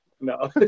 No